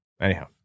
Anyhow